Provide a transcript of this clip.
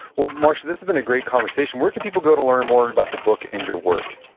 well, marsha, this has been a great conversation. where can people go to learn more about the book and your work?